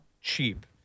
cheap